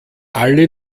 alle